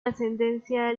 ascendencia